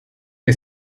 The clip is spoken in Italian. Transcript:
che